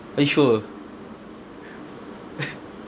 are you sure